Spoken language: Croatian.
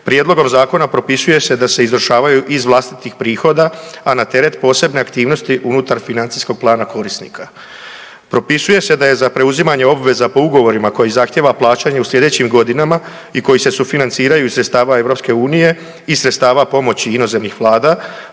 prijedlogom zakona propisuje se da se izvršavaju iz vlastitih prihoda, a na teret posebne aktivnosti unutar financijskog plana korisnika. Propisuje se da je za preuzimanje obveza po ugovorima koji zahtijeva plaćanje u sljedećim godinama i koji se sufinanciranju iz sredstava EU i sredstava pomoći inozemnih Vlada,